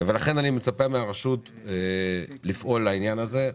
לכן אני מצפה מהרשות לפעול בעניין הזה.